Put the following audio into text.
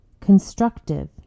constructive